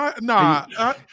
Nah